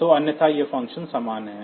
तो अन्यथा यह ऑपरेशन समान है